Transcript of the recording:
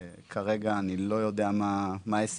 כרגע אני לא יודע מה ההישגים.